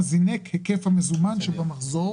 זינק היקף המזומן שבמחזור